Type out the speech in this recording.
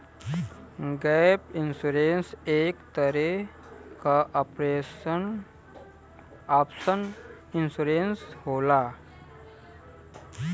gap insurance एक तरे क ऑप्शनल इंश्योरेंस होला